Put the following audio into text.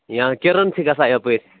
یا کِرن چھِ گَژھان یپٲرۍ